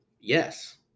Yes